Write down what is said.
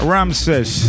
Ramses